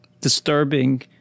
disturbing